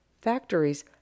Factories